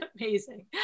amazing